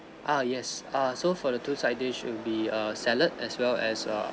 ah yes ah so for the two side dish it'll be err salad as well as err